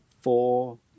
four